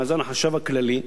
מאזן החשב הכללי,